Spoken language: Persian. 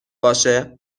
باشه